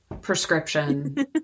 prescription